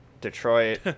Detroit